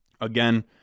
Again